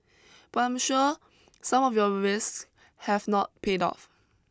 but I'm sure some of your risks have not paid off